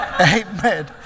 Amen